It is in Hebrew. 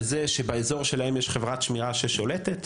על זה שבאזור שלהם יש חברת שמירה ששולטת.